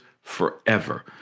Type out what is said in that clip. forever